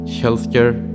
healthcare